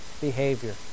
behavior